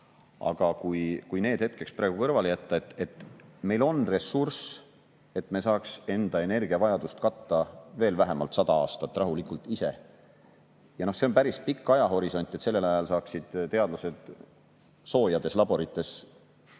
aga kui need hetkeks kõrvale jätta, siis meil on ressurss, et me saaks enda energiavajadust katta veel vähemalt sada aastat rahulikult ise. Ja see on päris pikk ajahorisont, sellel ajal saaksid teadlased soojades laborites töötada